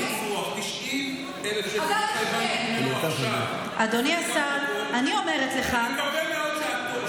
90,000 100,000 שקל, אנחנו מתרימים להן את הכסף.